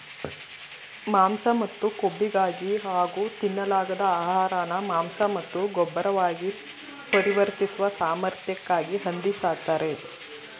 ಮಾಂಸ ಮತ್ತು ಕೊಬ್ಬಿಗಾಗಿ ಹಾಗೂ ತಿನ್ನಲಾಗದ ಆಹಾರನ ಮಾಂಸ ಮತ್ತು ಗೊಬ್ಬರವಾಗಿ ಪರಿವರ್ತಿಸುವ ಸಾಮರ್ಥ್ಯಕ್ಕಾಗಿ ಹಂದಿ ಸಾಕ್ತರೆ